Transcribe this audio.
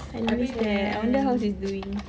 I miss that I wonder how she's doing